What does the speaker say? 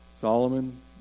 Solomon